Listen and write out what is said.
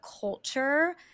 culture